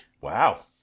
Wow